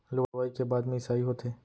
लुवई के बाद मिंसाई होथे